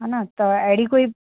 हेन त अहिड़ी कोई